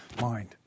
mind